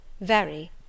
Very